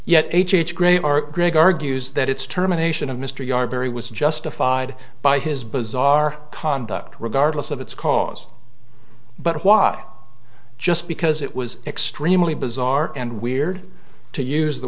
yet h h gray or greg argues that it's terminations of mr yar barry was justified by his bizarre conduct regardless of its cause but why just because it was extremely bizarre and weird to use the